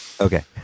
Okay